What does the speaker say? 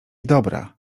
dobra